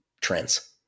trends